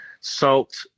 salt